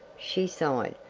she sighed,